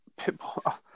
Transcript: Pitbull